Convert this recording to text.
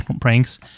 pranks